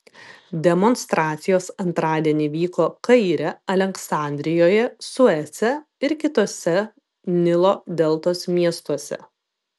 demonstracijos antradienį vyko kaire aleksandrijoje suece ir kituose nilo deltos miestuose